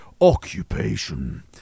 occupation